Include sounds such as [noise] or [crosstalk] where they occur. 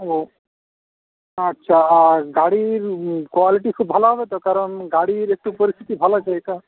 ও আচ্ছা আর গাড়ির কোয়ালিটি খুব ভালো হবে তো কারণ গাড়ির একটু পরিস্থিতি ভালো চাই [unintelligible]